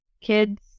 kids